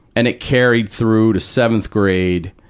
and it carried through to seventh grade.